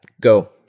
Go